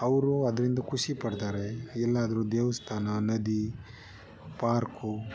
ಅವರು ಅದರಿಂದ ಖುಷಿ ಪಡ್ತಾರೆ ಎಲ್ಲಾದರು ದೇವಸ್ಥಾನ ನದಿ ಪಾರ್ಕು